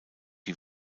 die